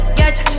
get